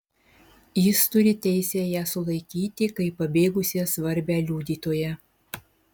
jis turi teisę ją sulaikyti kaip pabėgusią svarbią liudytoją